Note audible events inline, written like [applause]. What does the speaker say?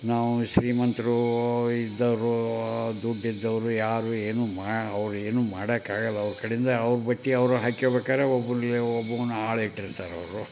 ನಾವು ಶ್ರೀಮಂತರು ಇದ್ದವರು ದುಡ್ಡಿದ್ದವರು ಯಾರು ಏನು ಮ ಅವರ ಏನು ಮಾಡೋಕ್ಕಾಗೋಲ್ಲ ಅವರ ಕಡೆಯಿಂದ ಅವರ ಬಟ್ಟೆ ಅವರ ಹಾಕ್ಕೊಳ್ಬೇಕಾದ್ರೆ [unintelligible] ಒಬ್ಬನ ಆಳು ಇಟ್ಟಿರ್ತಾರೆ ಅವರು